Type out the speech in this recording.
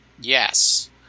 yes